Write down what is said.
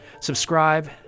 Subscribe